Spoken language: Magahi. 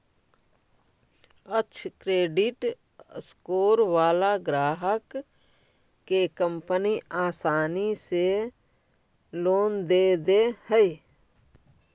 अक्षय क्रेडिट स्कोर वाला ग्राहक के कंपनी आसानी से लोन दे दे हइ